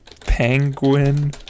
Penguin